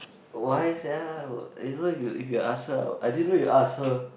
why sia if you if you ask her I didn't know you ask her